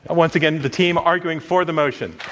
ah once again, the team arguing for the motion.